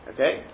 Okay